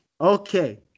Okay